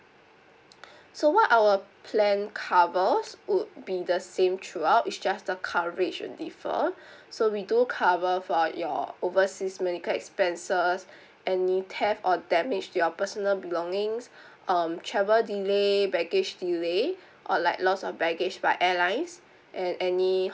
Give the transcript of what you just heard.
so what our plan covers would be the same throughout is just the coverage will differ so we do cover for your overseas medical expenses any theft or damage to your personal belongings um travel delay baggage delay or like loss of baggage by airlines and any